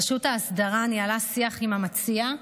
רשות האסדרה ניהלה שיח עם המציע,